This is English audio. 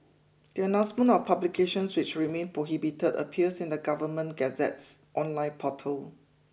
the announcement of publications which remain prohibited appears in the Government Gazette's online portal